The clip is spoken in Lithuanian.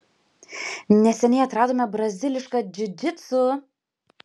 neseniai atradome brazilišką džiudžitsu